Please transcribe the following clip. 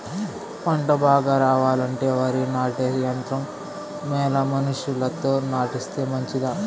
పంట బాగా రావాలంటే వరి నాటే యంత్రం మేలా మనుషులతో నాటిస్తే మంచిదా?